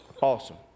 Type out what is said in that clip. Awesome